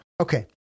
Okay